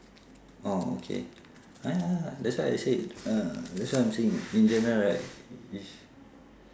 orh okay ya ya ya that's why I said uh that's why I'm saying in general right it's